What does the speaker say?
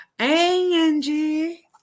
Angie